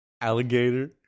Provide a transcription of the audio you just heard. Alligator